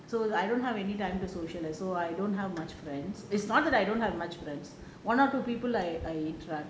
so I don't have any time to socialise so I don't have much friends is not like I don't have much friends one or two people I I trust